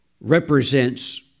represents